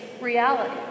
reality